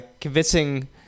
convincing